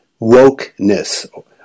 wokeness